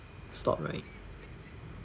stop right